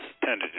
tended